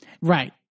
Right